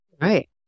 Right